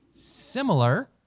similar